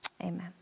Amen